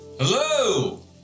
hello